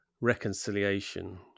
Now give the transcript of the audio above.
reconciliation